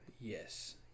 Yes